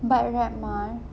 but right mar